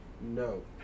No